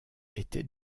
était